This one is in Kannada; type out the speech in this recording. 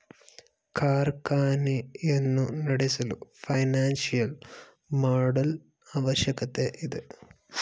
ಕಾರ್ಖಾನೆಯನ್ನು ನಡೆಸಲು ಫೈನಾನ್ಸಿಯಲ್ ಮಾಡೆಲ್ ಅವಶ್ಯಕತೆ ಇದೆ